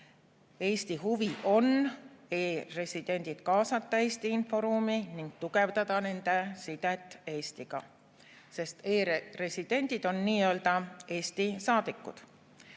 Eesti huvi on e‑residendid kaasata Eesti inforuumi ning tugevdada nende sidet Eestiga, sest e‑residendid on nii-öelda Eesti saadikud.